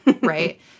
right